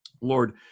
Lord